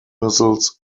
missiles